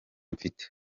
mfite